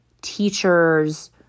teachers